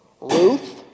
Ruth